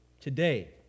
today